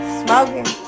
smoking